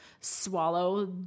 swallow